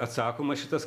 atsakoma šitas